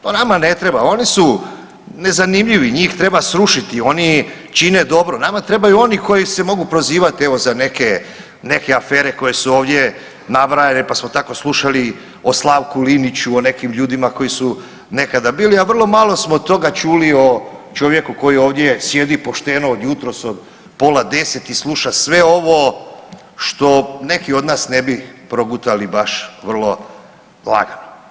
To nama ne treba, oni su nezanimljivi, njih treba srušiti, oni čine dobro, nama trebaju oni koji se mogu prozivati evo za neke, neke afere koje su ovdje nabrajane, pa smo tako slušali o Slavku Liniću, o nekim ljudima koji su nekada bili, a vrlo malo smo toga čuli o čovjeku koji ovdje sjedi pošteno od jutros od pola 10 i sluša sve ovo što neki od nas ne bi progutali baš vrlo lagano.